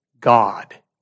God